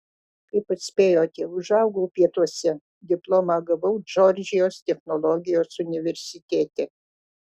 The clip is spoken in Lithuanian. kaip atspėjote užaugau pietuose diplomą gavau džordžijos technologijos universitete